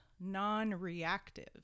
non-reactive